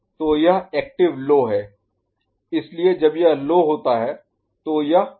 तो यह active low है इसलिए जब यह लो होता है तो यह हाई बनता है